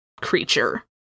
creature